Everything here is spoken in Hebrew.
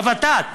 בוות"ת,